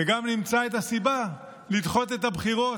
וגם נמצא את הסיבה לדחות את הבחירות.